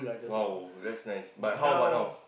!wow! that's nice but how about now